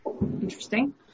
Interesting